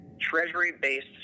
treasury-based